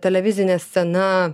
televizinė scena